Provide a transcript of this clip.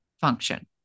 function